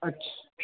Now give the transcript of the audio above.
अछ